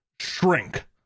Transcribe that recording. shrink